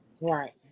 Right